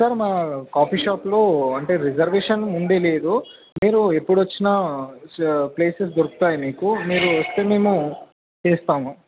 sir మా coffee షాప్లో అంటే రిజర్వేషన్ ఉండే లేదు మీరు ఎప్పుడు వచ్చినా ప్లేసెస్ దొరుకుతాయి మీకు మీరు వస్తే మేము తీస్తాము